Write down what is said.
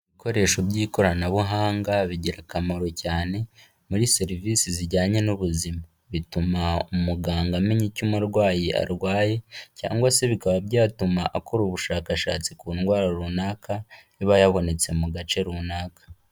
Ibikoresho by'ikoranabuhanga bigira akamaro cyane, muri serivisi zijyanye n'ubuzima. Bituma umuganga amenya icyo umurwayi arwaye, cyangwa se bikaba byatuma akora ubushakashatsi ku ndwara runaka, iba yabonetse mu gace runaka.